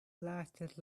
lasted